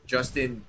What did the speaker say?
Justin